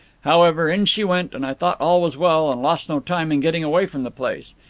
however, in she went, and i thought all was well and lost no time in getting away from the place.